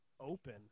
open